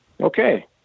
Okay